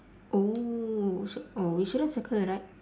oh so oh we shouldn't circle right